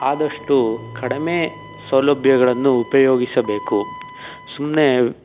ಆದಷ್ಟು ಕಡಿಮೆ ಸೌಲಭ್ಯಗಳನ್ನು ಉಪಯೋಗಿಸಬೇಕು ಸುಮ್ಮನೆ